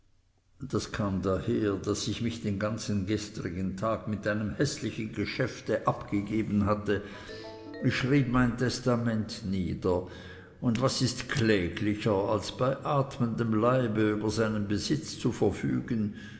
das kam daher daß ich mich den ganzen gestrigen tag mit einem häßlichen geschäfte abgegeben hatte ich schrieb mein testament nieder und was ist kläglicher als bei atmendem leibe über seinen besitz zu verfügen